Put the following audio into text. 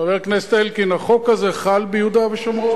חבר הכנסת אלקין, החוק הזה חל ביהודה ושומרון?